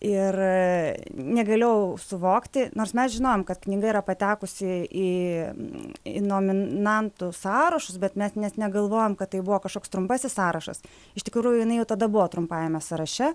ir negalėjau suvokti nors mes žinojom kad knyga yra patekusi į į nomin nantų sąrašus bet mes net negalvojom kad tai buvo kažkoks trumpasis sąrašas iš tikrųjų jinai jau tada buvo trumpajame sąraše